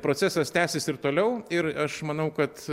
procesas tęsis ir toliau ir aš manau kad